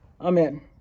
Amen